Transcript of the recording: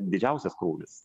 didžiausias krūvis